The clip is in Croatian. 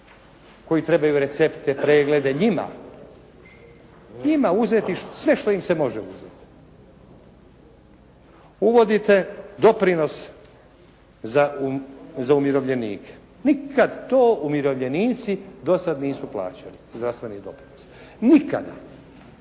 koji trebaju recepte, preglede, njima. Njima uzeti sve što im se može uzeti. Uvodite doprinos za umirovljenike. Nikad to umirovljenici do sad nisu plaćali, zdravstveni doprinos. Nikada.